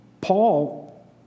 Paul